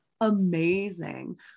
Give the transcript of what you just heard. amazing